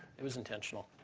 it was intentional.